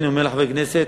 אני אומר לחברי הכנסת,